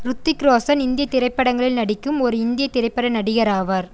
ரித்திக் ரோஷன் இந்தியத் திரைப்படங்களில் நடிக்கும் ஒரு இந்திய திரைப்பட நடிகர் ஆவார்